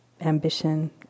ambition